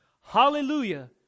Hallelujah